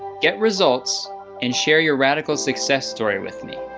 get results and share your radical success story with me.